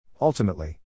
Ultimately